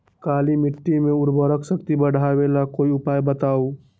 काली मिट्टी में उर्वरक शक्ति बढ़ावे ला कोई उपाय बताउ?